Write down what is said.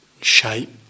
shape